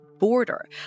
border